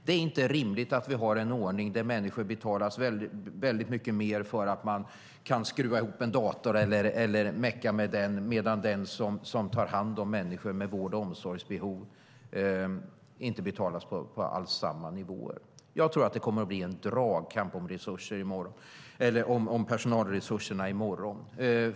Det är inte rimligt att vi har en ordning där människor som kan skruva ihop eller meka med en dator betalas väldigt mycket mer än de som tar hand om människor med behov av vård och omsorg. Jag tror att det kommer att bli en dragkamp om personalresurserna i morgon.